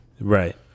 Right